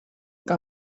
que